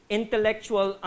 intellectual